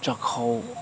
ꯆꯥꯛꯈꯥꯎ